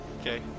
Okay